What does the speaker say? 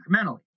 incrementally